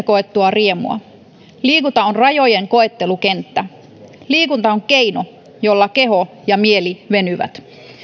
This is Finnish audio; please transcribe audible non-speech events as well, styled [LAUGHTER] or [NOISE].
[UNINTELLIGIBLE] koettua riemua liikunta on rajojen koettelukenttä liikunta on keino jolla keho ja mieli venyvät